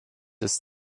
ist